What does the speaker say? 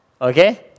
Okay